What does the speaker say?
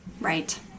Right